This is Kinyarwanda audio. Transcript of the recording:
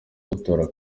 gutora